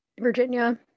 Virginia